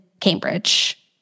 Cambridge